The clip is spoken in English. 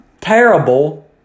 terrible